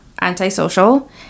antisocial